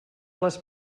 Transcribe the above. les